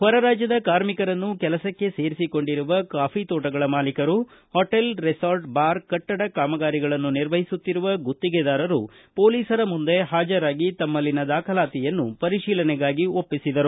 ಹೊರ ರಾಜ್ಜದ ಕಾರ್ಮಿಕರನ್ನು ಕೆಲಸಕ್ಕೆ ಸೇರಿಸಿಕೊಂಡಿರುವ ಕಾಫಿ ತೋಟಗಳ ಮಾಲೀಕರು ಹೊಟೇಲ್ ರೆಸಾರ್ಟ್ ಬಾರ್ ಕಟ್ಟಡ ಕಾಮಗಾರಿಗಳನ್ನು ನಿರ್ವಹಿಸುತ್ತಿರುವ ಗುತ್ತಿಗೆದಾರರು ಪೊಲೀಸರ ಮುಂದೆ ಹಾಜರಾಗಿ ತಮ್ನಲ್ಲಿನ ದಾಖಲಾತಿಯನ್ನು ಪರಿಶೀಲನೆಗಾಗಿ ಒಪ್ಪಿಸಿದರು